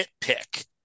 nitpick